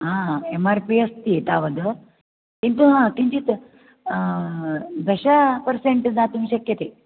हा M R P अस्ति तावद् किन्तु हा किञ्चित् दश पर्सेण्ट् दातुं शक्यते